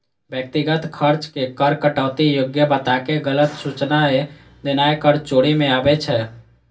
व्यक्तिगत खर्च के कर कटौती योग्य बताके गलत सूचनाय देनाय कर चोरी मे आबै छै